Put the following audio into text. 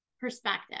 perspective